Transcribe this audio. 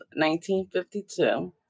1952